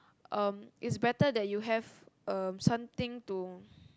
um it's better that you have um something to